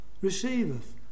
receiveth